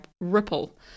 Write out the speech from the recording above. ripple